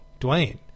Dwayne